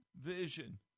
vision